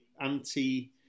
anti